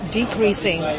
decreasing